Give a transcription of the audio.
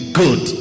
good